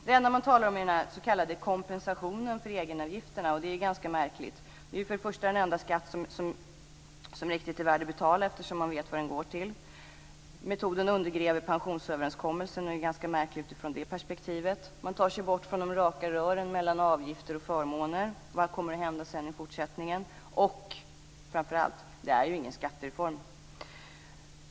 Det enda som det talas om är den s.k. kompensationen för egenavgifterna. Och det är ganska märkligt. Det är ju först och främst den enda skatt som är riktigt värd att betala, eftersom man vet vad den går till. Metoden undergräver pensionsöverenskommelsen och är ganska märklig utifrån det perspektivet. Man tar sig bort från de raka rören mellan avgifter och förmåner. Vad kommer att hända i fortsättningen? Och framför allt är det ju ingen skattereform.